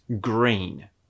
green